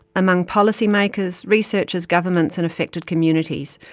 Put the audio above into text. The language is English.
among policy makers, researchers, governments and affected communities,